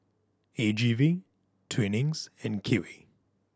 A G V Twinings and Kiwi